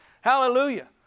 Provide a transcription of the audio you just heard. Hallelujah